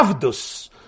Avdus